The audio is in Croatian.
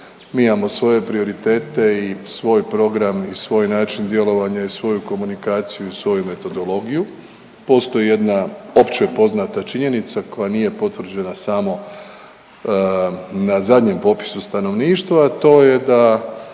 Mi imamo svoje prioritete i svoj program i svoj način djelovanja i svoju komunikaciju i svoju metodologiju. Postoji jedna opće poznata činjenica koja nije potvrđena samo na zadnjem potpisu stanovništva, a to je da